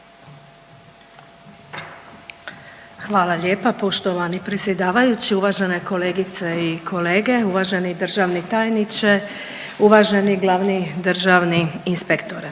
Hvala lijepa poštovani predsjedavajući, uvažene kolegice i kolege, uvaženi državni tajniče, uvaženi glavni državni inspektore.